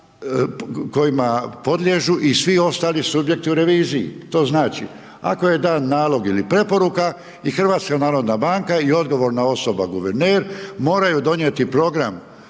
kojima podliježu i svi ostali subjekti u reviziji. To znači, ako je dan nalog ili preporuka i HNB i odgovorna osoba guverner moraju donijeti program